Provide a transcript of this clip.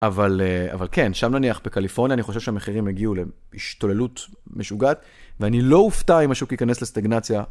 אבל כן, שם נניח, בקליפורניה, אני חושב שהמחירים הגיעו להשתוללות משוגעת, ואני לא הופתע אם השוק ייכנס לסטגנציה.